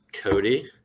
Cody